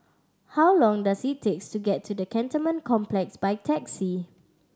how long does it takes to get to the Cantonment Complex by taxi